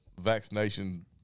vaccination